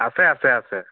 আছে আছে আছে